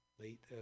late